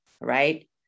right